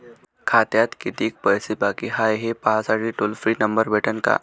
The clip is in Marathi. खात्यात कितीकं पैसे बाकी हाय, हे पाहासाठी टोल फ्री नंबर भेटन का?